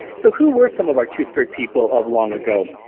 so who were some of our two-spirit people of long ago?